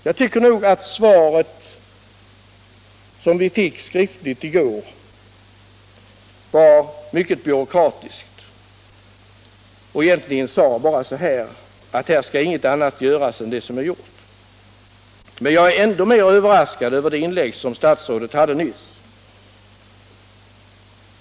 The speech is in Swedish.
Jag tycker nog att svaret, som vi fick skriftligt i går, var mycket byråkratiskt och egentligen bara säger att här skall inget annat göras än det som är gjort. Men jag är ännu mer överraskad över det inlägg som statsrådet hade nyss.